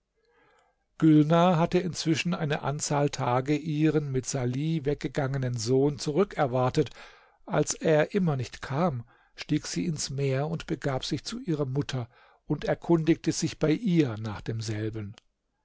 hatte inzwischen eine anzahl tage ihren mit salih weggegangenen sohn zurückerwartet als er immer nicht kam stieg sie ins meer und begab sich zu ihrer mutter und erkundigte sich bei ihr nach demselben